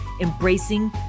embracing